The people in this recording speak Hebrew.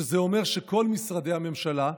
שזה אומר שכל משרדי הממשלה,